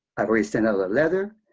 i've already sent out a letter.